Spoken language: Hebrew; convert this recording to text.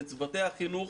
לצוותי החינוך